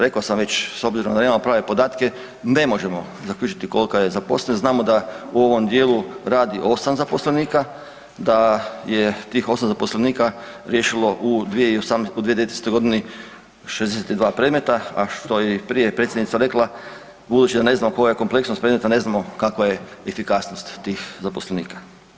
Rekao sam već s obzirom da nemamo prave podatke ne možemo zaključiti kolika je zaposlenost, znamo da u ovom dijelu radi 8 zaposlenika, da je tih 8 zaposlenika riješilo u 2019.g. 62 predmeta, a što je i prije predsjednica rekla budući da ne znamo koja je kompleksnost predmeta ne znamo kakva je efikasnost tih zaposlenika.